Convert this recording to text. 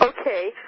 Okay